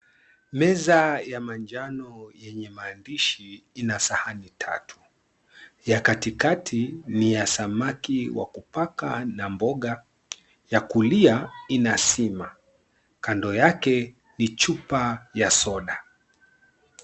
Meza ya manjano yenye maandishi ina sahani tatu. Ya katikati ni ya samaki wa kupaka na mboga. Wa kulia ina sima. Kando yake ni chupa ya soda.